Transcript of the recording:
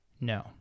No